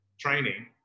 training